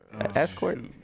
Escort